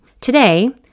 Today